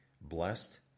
blessed